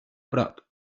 prop